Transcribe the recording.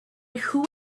who